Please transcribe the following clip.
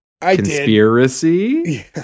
Conspiracy